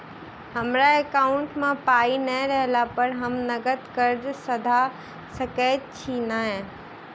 हमरा एकाउंट मे पाई नै रहला पर हम नगद कर्जा सधा सकैत छी नै?